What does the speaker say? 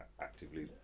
actively